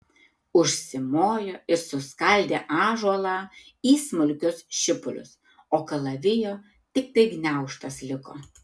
užsimojo ir suskaldė ąžuolą į smulkius šipulius o kalavijo tiktai gniaužtas liko